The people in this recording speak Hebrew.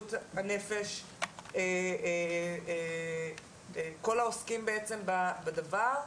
בריאות הנפש, כל העוסקים בעצם בדבר,